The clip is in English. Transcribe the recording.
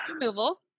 removal